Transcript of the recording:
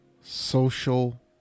social